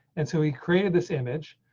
and so we created this image.